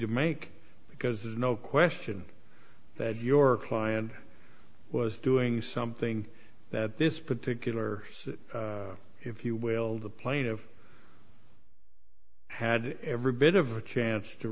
to make because there's no question that your client was doing something that this particular if you will the plaintiff had every bit of a chance to